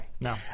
no